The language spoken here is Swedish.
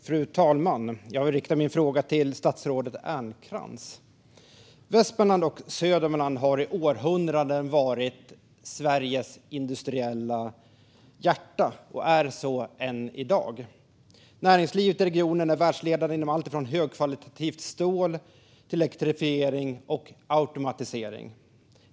Fru talman! Jag riktar min fråga till statsrådet Ernkrans. Västmanland och Södermanland har i århundraden varit Sveriges industriella hjärta och är så än i dag. Näringslivet i regionen är världsledande inom allt från högkvalitativt stål till elektrifiering och automatisering.